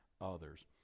others